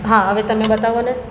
હા હવે તમે બતાવો ને